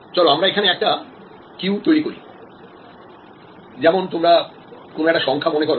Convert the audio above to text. চলো আমরা এখানে একটা কিউ তৈরি করি যেমন তোমরা কোন একটা সংখ্যা মনে করো